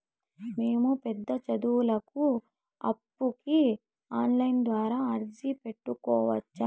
మేము పెద్ద సదువులకు అప్పుకి ఆన్లైన్ ద్వారా అర్జీ పెట్టుకోవచ్చా?